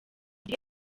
gihe